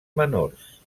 menors